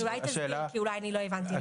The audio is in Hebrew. אז אולי תסביר, כי אולי אני לא הבנתי נכון.